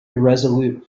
irresolute